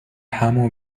همو